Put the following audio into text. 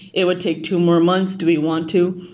it would take two more months. do we want to?